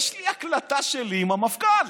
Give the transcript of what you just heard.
יש לי הקלטה שלי עם המפכ"ל.